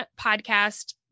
podcast